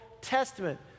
Testament